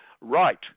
Right